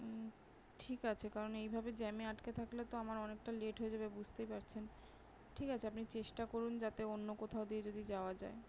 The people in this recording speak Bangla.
ঠিক আছে কারণ এইভাবে জ্যামে আটকে থাকলে তো আমার অনেকটা লেট হয়ে যাবে বুঝতেই পারছেন ঠিক আছে আপনি চেষ্টা করুন যাতে অন্য কোথাও দিয়ে যদি যাওয়া যায়